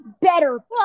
better